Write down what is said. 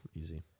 Easy